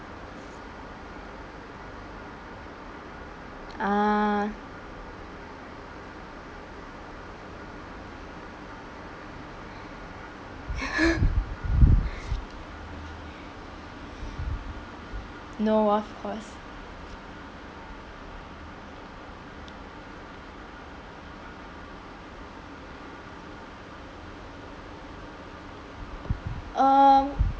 ah no of course um